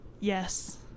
Yes